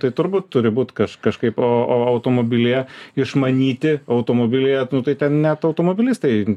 tai turbūt turi būt kaž kažkaip o o automobilyje išmanyti automobilyje nu tai ten net automobilistai